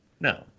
no